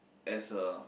as a